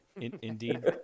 Indeed